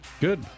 good